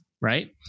Right